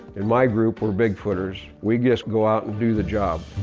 in my group we're bigfooters. we just go out and do the job.